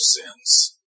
sins